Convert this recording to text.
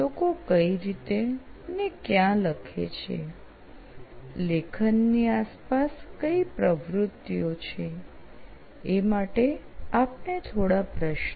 લોકો કઈ રીતે અને ક્યાં લખે છે લેખનની આસપાસ કઈ પ્રવૃતિઓ છે આ માટે આપને થોડા પ્રશ્નો